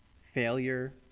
failure